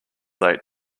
late